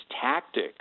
tactic